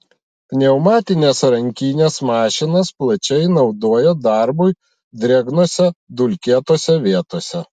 pneumatines rankines mašinas plačiai naudoja darbui drėgnose dulkėtose vietose